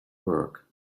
work